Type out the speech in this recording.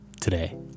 today